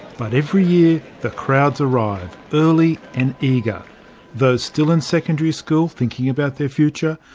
but every year the crowds arrive, early and eager those still in secondary school, thinking about their future,